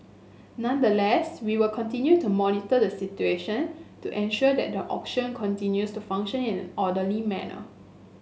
nonetheless we will continue to monitor the situation to ensure that the auction continues to function in orderly manner